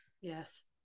Yes